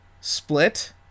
Split